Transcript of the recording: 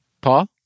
Paul